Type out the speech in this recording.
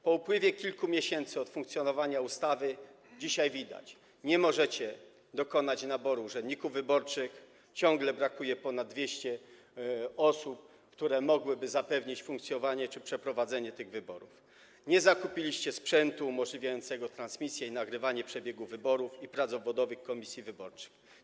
Po upływie kilku miesięcy od funkcjonowania ustawy dzisiaj widać: nie możecie dokonać naboru urzędników wyborczych, ciągle brakuje ponad 200 osób, które mogłyby zapewnić funkcjonowanie czy przeprowadzenie tych wyborów, nie zakupiliście sprzętu umożliwiającego transmisję i nagrywanie przebiegu wyborów i prac obwodowych komisji wyborczych.